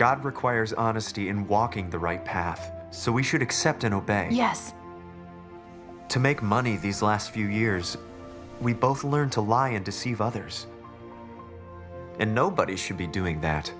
god requires honesty and walking the right path so we should accept and obey yes to make money these last few years we both learned to lie and deceive others and nobody should be doing that